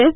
F